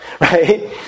Right